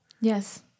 Yes